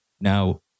Now